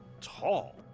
tall